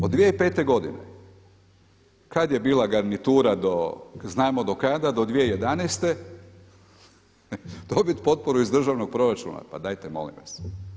Od 2005. godine kad je bila garnitura do, znamo do kada do 2011. dobit potporu iz državnog proračuna, pa dajte molim vas!